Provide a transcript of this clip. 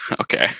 Okay